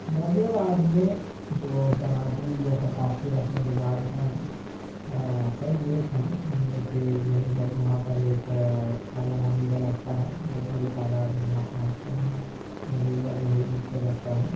غازی آباد میں جو سماجی یا ثقافتی رسم و رواج ہیں کئی ایک ہیں ان میں سے یہی ہے کہ وہاں پر ایک سالانہ میلا لگتا ہے لوگ بڑی تعداد میں وہاں پہنچتے ہیں وہ میلا جو ہے عید پہ لگتا ہے